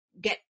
get